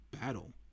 battle